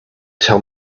tell